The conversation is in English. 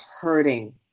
hurting